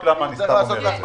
סתם אומר את זה.